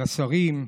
ולשרים,